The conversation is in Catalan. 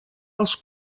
als